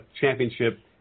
championship